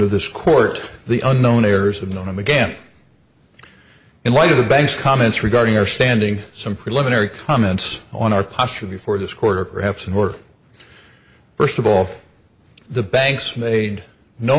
of this court the unknown heirs have known him again in light of the bank's comments regarding our standing some preliminary comments on our posture before this court or perhaps in order first of all the banks made no